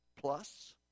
plus